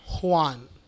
Juan